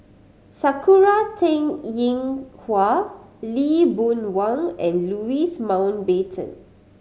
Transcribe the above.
Sakura Teng Ying Hua Lee Boon Wang and Louis Mountbatten